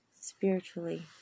spiritually